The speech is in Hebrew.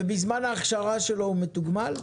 ובזמן ההכשרה שלו הוא מתוגמל?